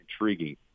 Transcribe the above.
intriguing